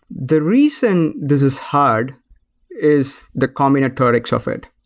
the reason this is hard is the combinatorics of it.